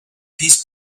peace